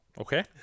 Okay